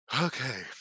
Okay